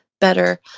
better